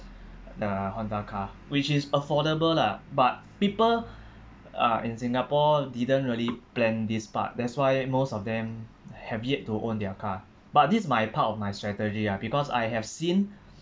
the honda car which is affordable lah but people uh in singapore didn't really plan this part that's why most of them have yet to own their car but this is my part of my strategy lah because I have seen